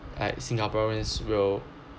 like singaporeans will